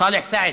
סאלח סעד,